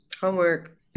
Homework